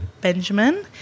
Benjamin